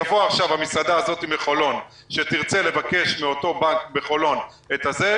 תבוא עכשיו המסעדה הזאת מחולון שתרצה לבקש מאותו בנק בחלון את הזה,